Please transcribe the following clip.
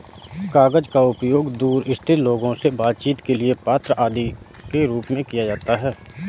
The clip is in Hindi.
कागज का उपयोग दूर स्थित लोगों से बातचीत के लिए पत्र आदि के रूप में किया जाता है